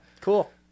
Cool